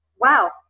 Wow